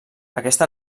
aquesta